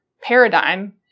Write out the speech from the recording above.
paradigm